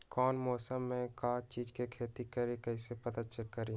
कौन मौसम में का चीज़ के खेती करी कईसे पता करी?